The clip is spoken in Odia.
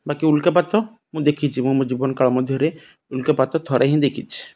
ବାକି ଉଲ୍କାପାତ ମୁଁ ଦେଖିଛି ମୁଁ ମୋ ଜୀବନ କାଳ ମଧ୍ୟରେ ଉଲ୍କାପାତ ଥରେ ହିଁ ଦେଖିଛି